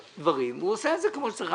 הוא עושה את זה כמו שצריך.